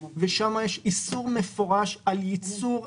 ושם יש איסור מפורש על ייצור,